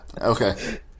okay